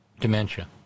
dementia